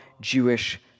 Jewish